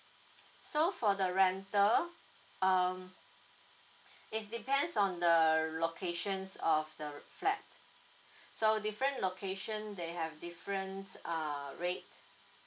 so for the rental um it's depends on the locations of the flat so different location they have difference err rate